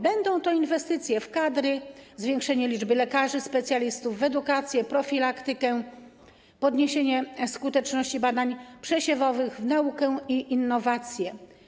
Będą to inwestycje w kadry, zwiększenie liczby lekarzy specjalistów, w edukację, profilaktykę, podniesienie skuteczności badań przesiewowych, w naukę i innowację.